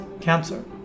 cancer